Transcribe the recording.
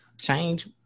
change